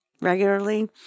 regularly